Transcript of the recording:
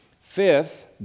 Fifth